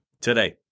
today